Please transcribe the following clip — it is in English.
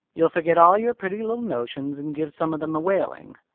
you'll forget all your pretty little notions and give some of them a whaling.